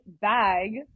bag